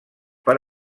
per